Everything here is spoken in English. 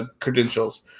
credentials